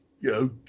yo